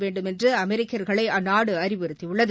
வேண்டுமென்று அமெரிக்கா்களை அந்நாடு அறிவுறுத்தியுள்ளது